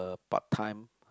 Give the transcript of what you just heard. part time